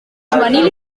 juvenil